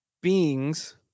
beings